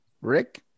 Rick